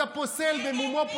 אז הפוסל במומו פוסל.